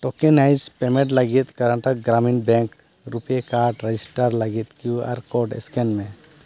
tokenise payment ᱞᱟᱹᱜᱤᱫ Karnataka Gramin Bank RuPay card register ᱞᱟᱹᱜᱤᱫ Q R code scan ᱢᱮ